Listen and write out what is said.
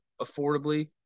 affordably